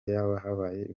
habayeho